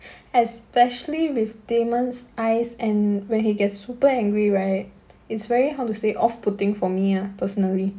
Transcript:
especially with damon's eyes and when he gets super angry right it's very how to say off putting for me uh personally